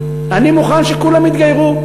אני מוכן שכולם יתגיירו,